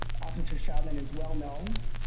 ah patricia van is well known.